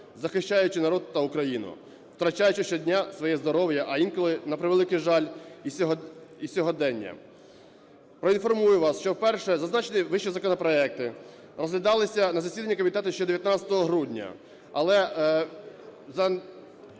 захищаючи народ та Україну, втрачаючи щодня своє здоров'я, а інколи, на превеликий жаль, і сьогодення. Проінформую вас, що вперше зазначені вище законопроекти розглядалися на засіданні комітету ще 19 грудня, але